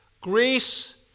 Greece